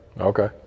Okay